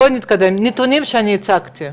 בואו נתקדם עם הנתונים שאני הצגתי,